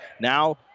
Now